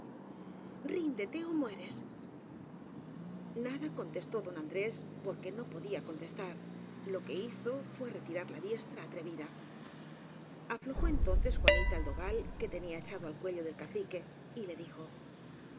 ríndete ó mueres nada contestó don andrés porque no podía con testar lo que hizo filé retirar la diestra atrevida aflojó entonces juanita el dogal que tenía echa do al cuello del cacique y le dijo